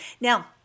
Now